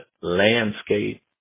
landscape